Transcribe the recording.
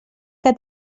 que